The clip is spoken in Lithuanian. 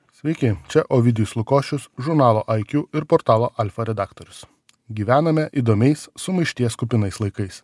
sveiki čia ovidijus lukošius žurnalo iq ir portalo alfa redaktorius gyvename įdomiais sumaišties kupinais laikais